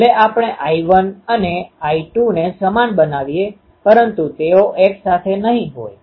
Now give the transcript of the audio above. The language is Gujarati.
ભલે આપણે I1 અને I2 ને સમાન બનાવીએ પરંતુ તેઓ એક સાથે નહીં હોય